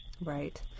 Right